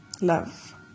love